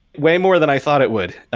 way more than i thought it would.